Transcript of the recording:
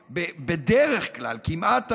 בדרך כלל, כמעט תמיד,